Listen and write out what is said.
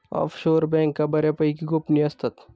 offshore बँका बऱ्यापैकी गोपनीय असतात